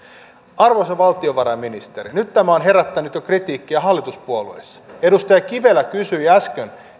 arvoisa valtiovarainministeri nyt tämä on herättänyt jo kritiikkiä hallituspuolueissa edustaja kivelä kysyi äsken